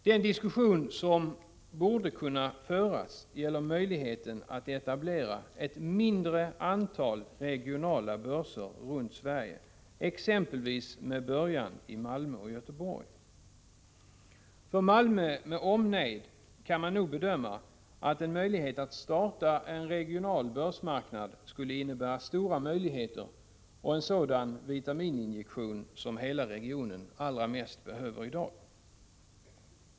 Den diskussion som borde kunna föras gäller möjligheten att etablera ett mindre antal regionala börser runt Sverige, exempelvis med början i Malmö och Göteborg. För Malmö med omnejd kan man nog bedöma att en möjlighet att starta en regional börsmarknad skulle innebära stora utvecklingsmöjligheter och just en sådan vitamininjektion som hela regionen allra mest behöver i dag.